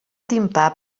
timpà